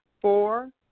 Four